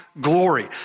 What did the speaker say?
glory